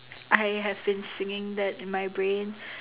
I have been singing that in my brain